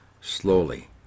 Slowly